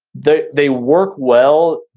they they work well,